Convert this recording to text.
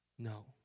No